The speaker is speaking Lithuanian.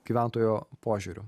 gyventojo požiūriu